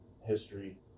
history